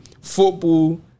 football